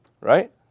right